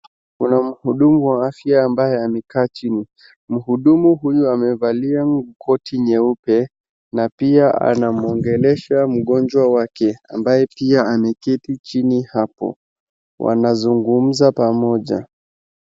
Kuna mhudumu wa afya ambaye amekaa chini. Mhudumu huyu amevalia koti nyeupe na pia anamwongelesha mgonjwa wake ambaye pia ameketi chini hapo. Wanazungumza pamoja.